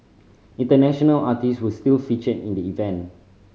international artist will still feature in the event